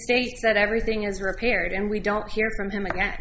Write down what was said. states that everything is repaired and we don't hear from him again